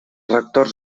rectors